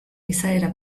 izaera